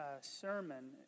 sermon